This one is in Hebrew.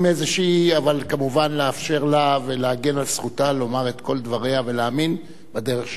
אבל כמובן לאפשר לה ולהגן על זכותה לומר את כל דבריה ולהאמין בדרך שלה.